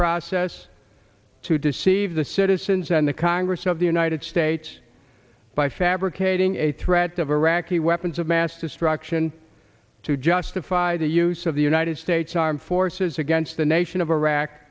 process to deceive the citizens and the congress of the united states by fabricating a threat of iraqi weapons of mass destruction to justify the use of the united states armed forces against the nation of iraq